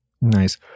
Nice